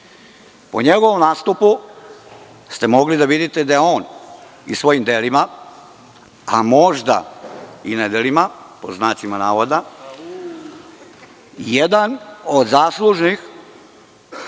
njegovom nastupu ste mogli da vidite da je on i svojim delima, a možda i nedelima, pod znacima navoda, jedan od zaslužnih